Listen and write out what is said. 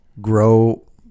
grow